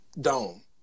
dome